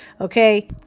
okay